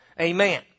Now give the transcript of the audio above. Amen